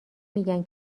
میگن